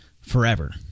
forever